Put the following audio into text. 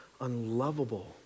unlovable